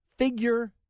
Figure